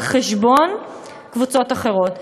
על חשבון קבוצות אחרות.